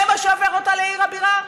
זה מה שהופך אותה לעיר הבירה?